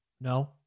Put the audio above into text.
No